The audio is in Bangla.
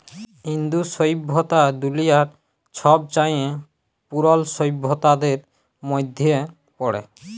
ইন্দু সইভ্যতা দুলিয়ার ছবচাঁয়ে পুরল সইভ্যতাদের মইধ্যে পড়ে